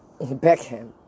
Beckham